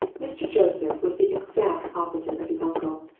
mr. joseph was the exact opposite of his uncle.